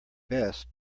best